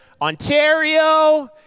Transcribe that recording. Ontario